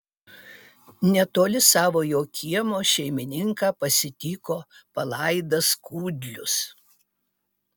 netoli savojo kiemo šeimininką pasitiko palaidas kudlius